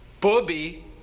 Bobby